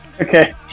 Okay